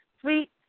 sweet